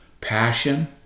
passion